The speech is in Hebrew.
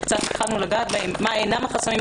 וקצת התחלנו לגעת בשאלה מה אינם החסמים,